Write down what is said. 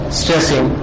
stressing